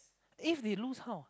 if they lose how